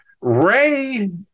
Ray